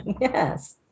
Yes